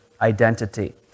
identity